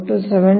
5 0